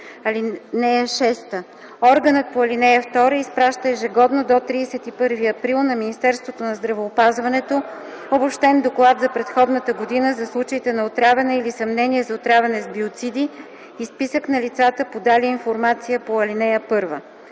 Органът по ал. 2 изпраща ежегодно до 31 април на Министерството на здравеопазването обобщен доклад за предходната година за случаите на отравяне или съмнение за отравяне с биоциди и списък на лицата, подали информация по ал. 1.